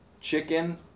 chicken